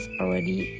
already